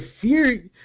fear